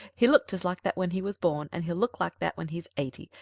he looked just like that when he was born, and he'll look like that when he's eighty.